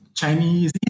Chinese